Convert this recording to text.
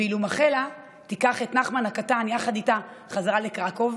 ואילו מכלה תיקח את נחמן הקטן יחד איתה חזרה לקרקוב,